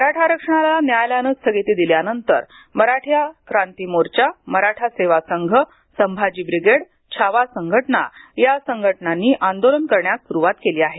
मराठा आरक्षणाला न्यायलायने स्थगिती दिल्यानंतर मराठा क्रांती मोर्चा मराठा सेवा संघ संभाजी ब्रिगेड छावा संघटना या संघटनांनी आंदोलन करण्यास सुरुवात केली आहे